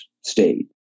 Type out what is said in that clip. state